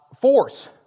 force